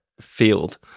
field